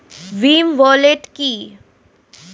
Bhim wallet কি?